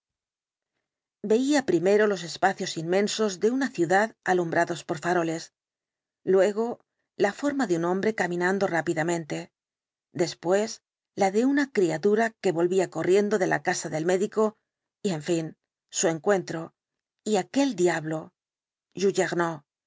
yeía primero los espacios inmensos de una ciudad alumbrados por faroles luego la forma de un hombre caminando rápidamente después la de una criatura que volvía corriendo de la casa del médico y en fin su encuentro y aquel diablo